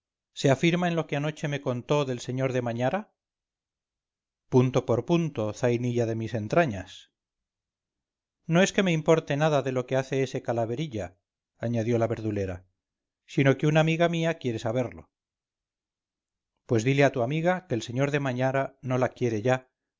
se afirma en lo que anoche me contó del señor de mañara punto por punto zainilla de mis entrañas no es que me importe nada de lo que hace ese calaverilla añadió la verdulera sino que una amiga mía quiere saberlo pues dile a tu amiga que el sr de mañara no la quiere ya